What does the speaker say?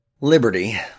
Liberty